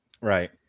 Right